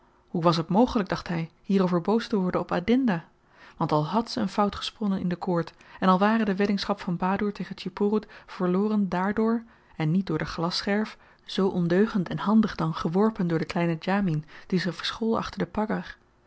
hoe was t mogelyk dacht hy hierover boos te worden op adinda want al hàd zy een fout gesponnen in de koord en al ware de weddingschap van badoer tegen tjipoeroet verloren dààrdoor en niet door de glasscherf zoo ondeugend en handig dan geworpen door den kleinen djamien die zich verschool achter den